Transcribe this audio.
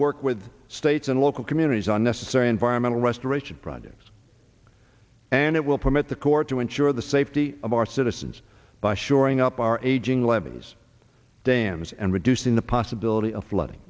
work with states and local communities unnecessary environmental restoration projects and it will permit the court to ensure the safety of our citizens by shoring up our aging levees dams and reducing the possibility of flooding